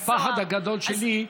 הפחד הגדול שלי,